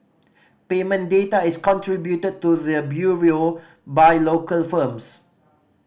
payment data is contributed to the Bureau by local firms